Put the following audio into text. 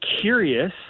curious